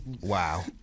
Wow